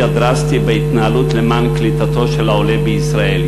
הדרסטי בהתנהלות למען קליטתו של העולה בישראל.